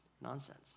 nonsense